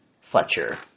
Fletcher